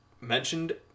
mentioned